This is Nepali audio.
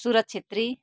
सुरज छेत्री